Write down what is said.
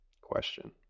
question